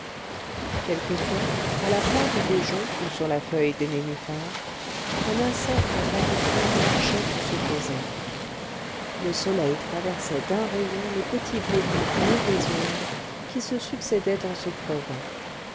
quelquefois à la pointe des joncs ou sur la feuille des nénuphars un insecte à pattes fines marchait ou se posait le soleil traversait d'un rayon les petits globules bleus des ondes qui se succédaient en se crevant